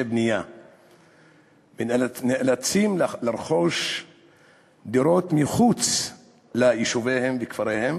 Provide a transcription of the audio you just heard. בנייה ונאלצים לרכוש דירות מחוץ ליישוביהם וכפריהם,